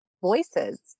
voices